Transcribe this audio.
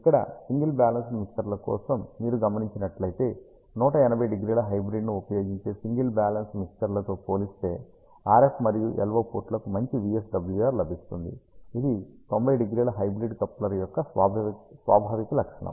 ఇక్కడ single balanced మిక్సర్ల కోసం మీరు గమనించినట్లయితే 180° హైబ్రిడ్ ను ఉపయోగించే సింగిల్ బ్యాలెన్స్ మిక్సర్లతో పోలిస్తే RF మరియు LO పోర్ట్లకు మంచి VSWR లభిస్తుంది ఇది 90° హైబ్రిడ్ కప్లర్ యొక్క స్వాభావిక లక్షణం